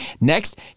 next